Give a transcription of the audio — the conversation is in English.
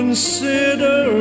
Consider